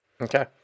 Okay